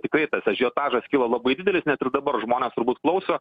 tikrai tas ažiotažas kilo labai didelis net ir dabar žmonės turbūt klauso